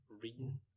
reading